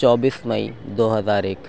چوبیس مئی دو ہزار ایک